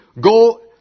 go